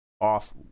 off